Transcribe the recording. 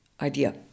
idea